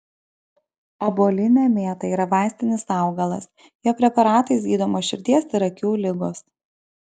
obuolinė mėta yra vaistinis augalas jo preparatais gydomos širdies ir akių ligos